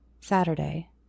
Saturday